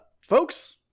Folks